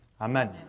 Amen